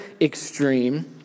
extreme